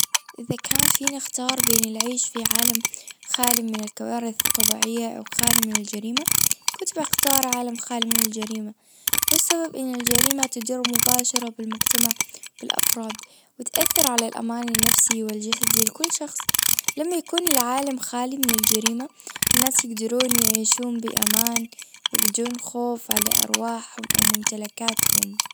اذا كان فينا اختار بين العيش في عالم خالي من الكوارث الطبيعية او خالي من الجريمة كنت بختار عالم خالي من الجريمة والسبب ان الجريمة تضر مباشرة بالمجتمع بالافراد بتأثر على الامان النفسي والجسدي لكل شخص لما يكون العالم خالي من الجريمة الناس يجدرون يعيشون بامان وبدون خوف على ارواحهم او ممتلكاتهم.